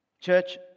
Church